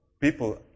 people